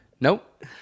Nope